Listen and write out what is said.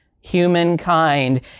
humankind